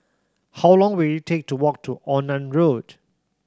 how long will it take to walk to Onan Road